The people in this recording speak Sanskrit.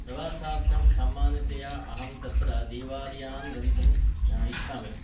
प्रवासार्थं सामान्यतया अहं तत्र देवालयान् गन्तुम् इच्छामि